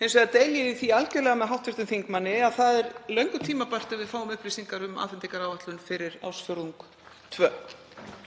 Hins vegar deili ég því algjörlega með hv. þingmanni að það er löngu tímabært að við fáum upplýsingar um afhendingaráætlun fyrir ársfjórðung